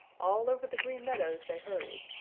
all over the green meadows they hurried,